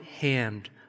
hand